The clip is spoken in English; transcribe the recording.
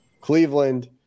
Cleveland